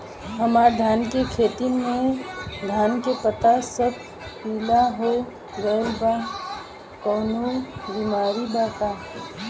हमर धान के खेती में धान के पता सब पीला हो गेल बा कवनों बिमारी बा का?